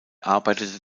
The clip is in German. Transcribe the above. arbeitete